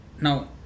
now